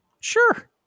sure